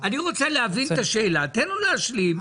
אני רוצה להבין את השאלה, תן לו להשלים.